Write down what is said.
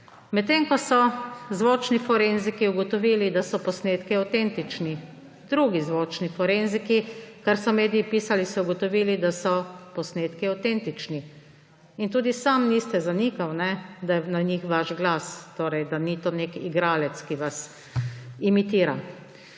medtem ko so zvočni forenziki ugotovili, da so posnetki avtentični. Drugi zvočniki forenziki, kar so mediji pisali, so ugotovili, da so posnetki avtentični. In tudi sami niste zanikali, da je na njih vaš glas; torej, da ni to nek igralec, ki vas imitira.